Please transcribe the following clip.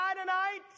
tonight